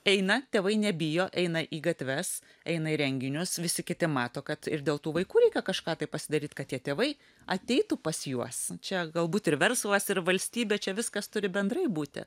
eina tėvai nebijo eina į gatves eina į renginius visi kiti mato kad ir dėl tų vaikų reikia kažką tai pasidaryt kad tie tėvai ateitų pas juos čia galbūt ir verslas ir valstybė čia viskas turi bendrai būti